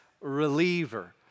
reliever